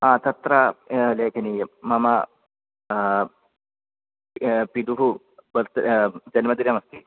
हा तत्र लेखनीयं मम पितुः बर्त जन्मदिनमस्ति